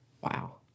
Wow